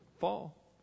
fall